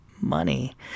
money